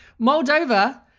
moldova